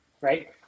Right